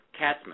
Katzman